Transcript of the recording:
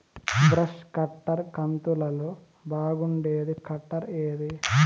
Brush cutter కంతులలో బాగుండేది cutter ఏది?